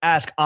Ask